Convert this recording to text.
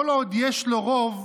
כל עוד יש לו רוב,